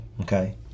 Okay